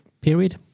period